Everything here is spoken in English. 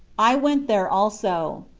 i went there also.